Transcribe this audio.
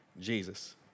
Jesus